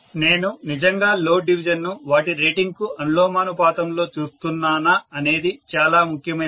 నేను నిజంగా load division ను వాటి రేటింగ్కు అనులోమానుపాతంలో చూస్తున్నానా అనేది చాలా ముఖ్యమైనది